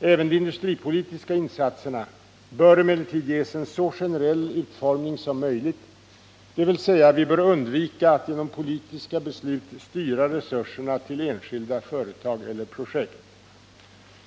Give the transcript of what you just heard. Även de industripolitiska insatserna bör emellertid ges en så generell utformning som möjligt, dvs. vi bör undvika att genom politiska beslut styra resurserna till enskilda företag eller projekt.